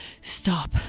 stop